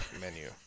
menu